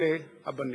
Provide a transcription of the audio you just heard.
אלה הבנים".